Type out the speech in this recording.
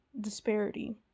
Disparity